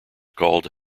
called